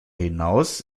hinaus